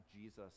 Jesus